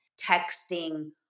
texting